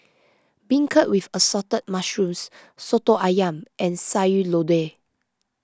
Beancurd with Assorted Mushrooms Soto Ayam and Sayur Lodeh